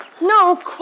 No